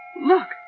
look